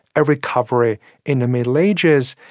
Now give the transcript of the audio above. a recovery in the middle ages.